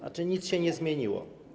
Znaczy nic się nie zmieniło.